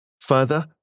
Further